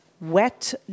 wet